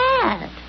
bad